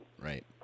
Right